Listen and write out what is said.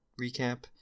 recap